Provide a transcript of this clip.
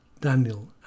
daniel